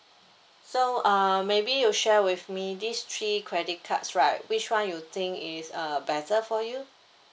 so uh maybe you share with me these three credit cards right which one you think is uh better for you